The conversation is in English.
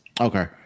Okay